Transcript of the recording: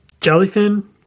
Jellyfin